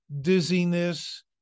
dizziness